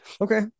Okay